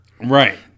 Right